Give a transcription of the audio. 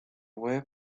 web